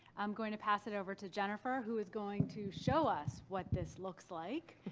i'm going to pass it over to jennifer who is going to show us what this looks like.